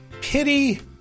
pity